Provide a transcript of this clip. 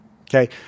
okay